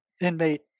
inmate